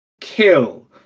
kill